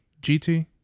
GT